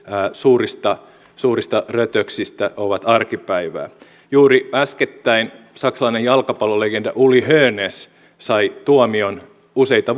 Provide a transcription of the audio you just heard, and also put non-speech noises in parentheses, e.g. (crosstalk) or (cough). suurista suurista rötöksistä ovat arkipäivää juuri äskettäin saksalainen jalkapalloilijalegenda uli hoeness sai tuomion useita (unintelligible)